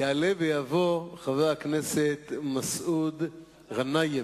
יעלה ויבוא חבר הכנסת מסעוד ע'נאים.